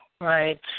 Right